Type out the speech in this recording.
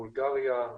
בולגריה,